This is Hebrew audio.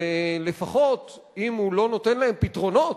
ואם הוא לא נותן להם פתרונות,